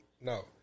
no